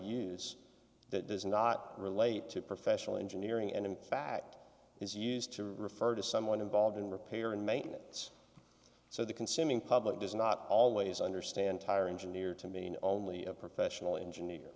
use that does not relate to professional engineering and in fact is used to refer to someone involved in repair and maintenance so the consuming public does not always understand tire engineer to mean only a professional engineer